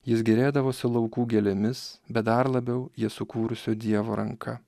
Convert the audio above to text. jis gėrėdavosi laukų gėlėmis bet dar labiau jas sukūrusio dievo ranka